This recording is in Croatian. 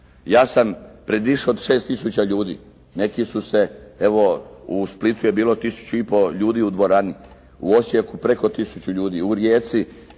Ja sam pred više od 6 tisuća ljudi, neki su se, evo, u Splitu je bilo tisuću i pol ljudi u dvorani, u Osijeku preko 1000 ljudi, u Rijeci